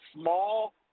small